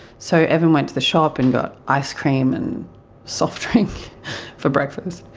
so evan went to the shop and got ice cream and soft drink for breakfast,